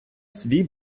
свій